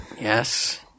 Yes